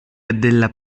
della